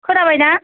खोनाबायना